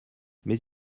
mais